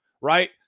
right